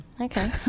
Okay